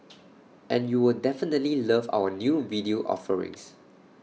and you'll definitely love our new video offerings